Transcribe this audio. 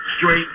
straight